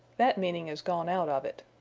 that meaning is gone out of it.